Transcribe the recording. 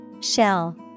Shell